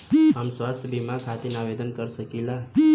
हम स्वास्थ्य बीमा खातिर आवेदन कर सकीला?